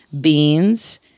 Beans